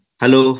hello